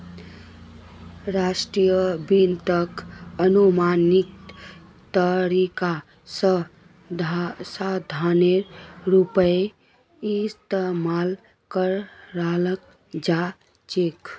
short वित्तक अनुमानित तरीका स साधनेर रूपत इस्तमाल कराल जा छेक